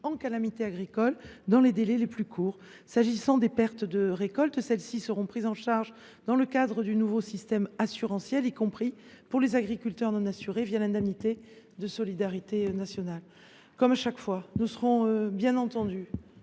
de calamité agricole dans les délais les plus courts. Les pertes de récoltes seront prises en charge dans le cadre du nouveau système assurantiel, y compris pour les agriculteurs non assurés, par le biais de l’indemnité de solidarité nationale. Comme chaque fois, nous serons, bien entendu,